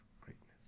greatness